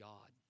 God